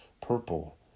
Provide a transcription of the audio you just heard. purple